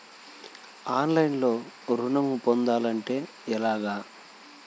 ఆన్లైన్లో ఋణం పొందాలంటే ఎలాగా?